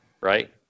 Right